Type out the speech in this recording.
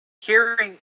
hearing